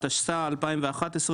התשע"א-2011,